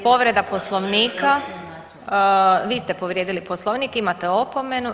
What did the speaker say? Povreda Poslovnika, vi ste povrijedili Poslovnik imate opomenu.